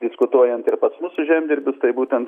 diskutuojant ir pas mūsų žemdirbius tai būtent